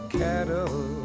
cattle